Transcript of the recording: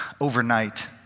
overnight